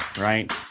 right